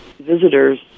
visitors